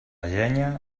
llenya